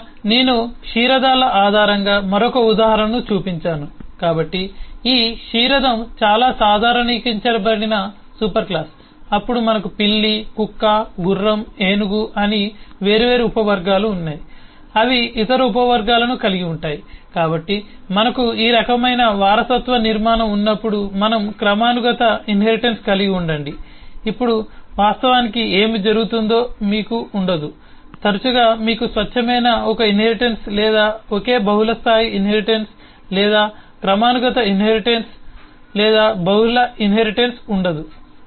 ఇక్కడ నేను క్షీరదాల ఆధారంగా మరొక ఉదాహరణను చూపించాను కాబట్టి ఈ క్షీరదం చాలా సాధారణీకరించబడిన సూపర్ క్లాస్ అప్పుడు మనకు పిల్లి కుక్క గుర్రం ఏనుగు అన్ని వేర్వేరు ఉపవర్గాలు ఉన్నాయి అవి ఇతర ఉపవర్గాలను కలిగి ఉంటాయి కాబట్టి మనకు ఈ రకమైన వారసత్వ నిర్మాణం ఉన్నప్పుడు మనము క్రమానుగత ఇన్హెరిటెన్స్ కలిగి ఉండండి ఇప్పుడు వాస్తవానికి ఏమి జరుగుతుందో మీకు ఉండదు తరచుగా మీకు స్వచ్ఛమైన ఒకే ఇన్హెరిటెన్స్ లేదా ఒకే బహుళస్థాయి ఇన్హెరిటెన్స్ లేదా క్రమానుగత ఇన్హెరిటెన్స్ లేదా బహుళ ఇన్హెరిటెన్స్ ఉండదు